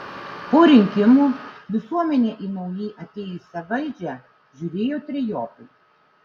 po rinkimų visuomenė į naujai atėjusią valdžią žiūrėjo trejopai